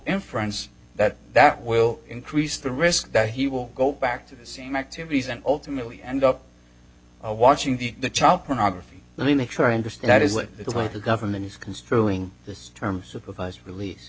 inference that that will increase the risk that he will go back to the same activities and ultimately end up watching the the child pornography let me make sure i understand it is that the way the government is construing this term supervised release